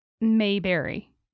Mayberry